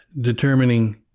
determining